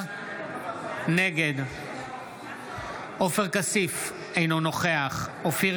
נגד עופר כסיף, אינו נוכח אופיר